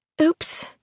Oops